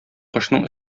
кошның